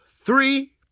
three